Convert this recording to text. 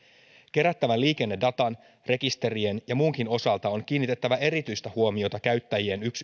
kerättävän liikennedatan rekisterien ja muunkin osalta on kiinnitettävä erityistä huomiota käyttäjien